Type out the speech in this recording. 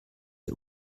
ihr